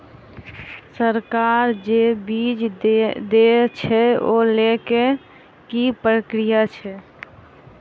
सरकार जे बीज देय छै ओ लय केँ की प्रक्रिया छै?